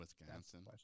Wisconsin